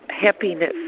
happiness